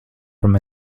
from